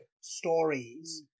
stories